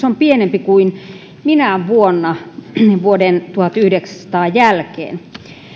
on pienempi kuin minään vuonna vuoden tuhatyhdeksänsataa jälkeen